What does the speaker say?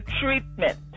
treatment